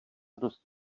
dost